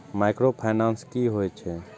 Micro finance कि होई छै?